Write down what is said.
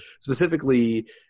specifically